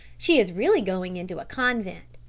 she is really going into a convent.